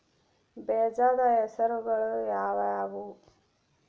ಬೇಜದ ಹೆಸರುಗಳು ಯಾವ್ಯಾವು?